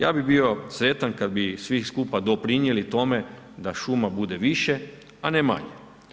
Ja bi bio sretan kad bi svi skupa doprinijeli tome da šuma bude više a ne manje.